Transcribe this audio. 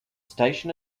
station